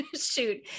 shoot